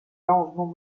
arrangements